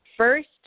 First